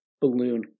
balloon